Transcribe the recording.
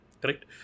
correct